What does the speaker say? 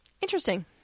Interesting